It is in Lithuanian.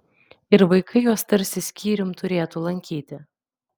ir vaikai juos tarsi skyrium turėtų lankyti